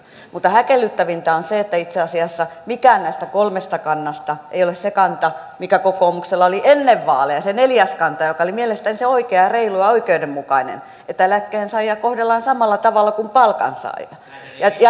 mutta häkellyttävintä on se että itse asiassa mikään näistä kolmesta kannasta ei ole se kanta mikä kokoomuksella oli ennen vaaleja se neljäs kanta joka oli mielestäni se oikea reilu ja oikeudenmukainen että eläkkeensaajia kohdellaan samalla tavalla kuin palkansaajia